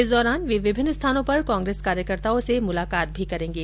इस दौरान वे विभिन्न स्थानों पर कांग्रेस कार्यकर्ताओं से मुलाकात भी करेंगे